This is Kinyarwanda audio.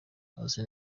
azi